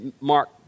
Mark